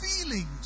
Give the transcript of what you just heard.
feelings